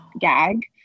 gag